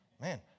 Man